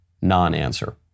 non-answer